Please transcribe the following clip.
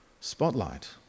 spotlight